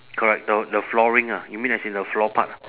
correct the the flooring ah you mean as in the floor part